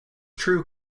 true